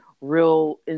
real